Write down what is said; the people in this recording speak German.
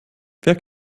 wer